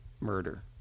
murder